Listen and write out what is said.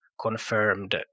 confirmed